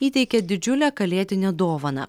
įteikė didžiulę kalėdinę dovaną